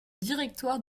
directoire